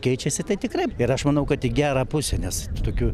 keičiasi tai tikrai ir aš manau kad į gerą pusę nes tokių